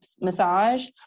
massage